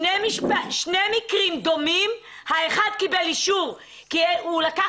הבאתי שני מקרים דומים כאשר האחד קיבל אישור כי הוא לקח